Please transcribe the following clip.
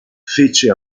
fece